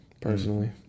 personally